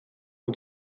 und